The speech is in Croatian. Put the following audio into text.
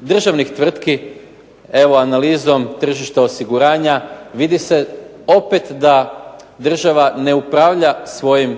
državnih tvrtki, evo analizom tržišta osiguranja vidi se opet da država ne upravlja svojim